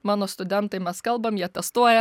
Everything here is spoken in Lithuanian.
mano studentai mes kalbam jie testuoja